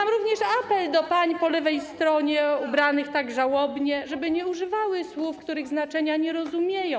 Mam również apel do pań po lewej stronie, ubranych tak żałobnie, żeby nie używały słów, których znaczenia nie rozumieją.